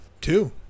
Two